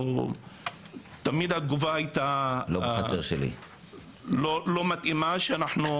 תמיד התגובה הייתה לא מתאימה שאנחנו